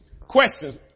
Questions